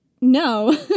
no